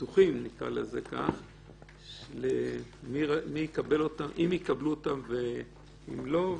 הפתוחים אם יקבלו אותם ואם לא.